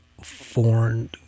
foreign